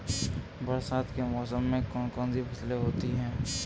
बरसात के मौसम में कौन कौन सी फसलें होती हैं?